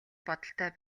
бодолтой